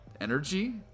energy